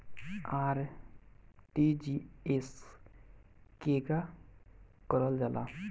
RTGS केगा करलऽ जाला?